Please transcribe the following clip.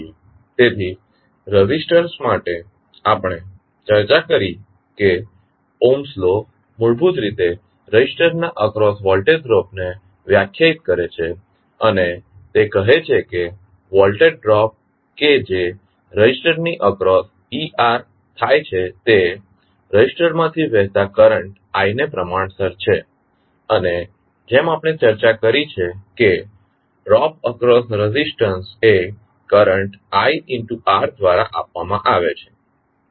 તેથી રેઝિસ્ટર્સ માટે આપણે ચર્ચા કરી કે ઓહ્મ્સ લૉ મૂળભૂત રીતે રેઝિસ્ટરની અક્રોસના વોલ્ટેજ ડ્રોપને વ્યાખ્યાયિત કરે છે અને તે કહે છે કે વોલ્ટેજ ડ્રોપ કે જે રેઝિસ્ટરની અક્રોસ eRt થાય છે તે રેઝિસ્ટરમાંથી વહેતા કરંટ i ને પ્રમાણસર છે અને જેમ આપણે ચર્ચા કરી છે કે ડ્રોપ અક્રોસ રેઝિસ્ટંસ એ કરંટ itR દ્વારા આપવામાં આવે છે